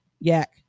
Yak